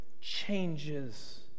changes